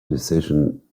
decision